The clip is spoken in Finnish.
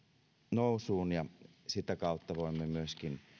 nousuun ja sitä kautta voimme myöskin